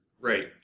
Right